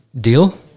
deal